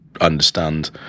understand